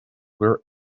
were